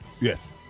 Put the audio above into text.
Yes